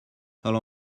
allow